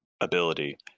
ability